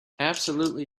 absolutely